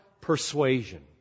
persuasion